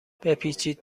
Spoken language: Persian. بپیچید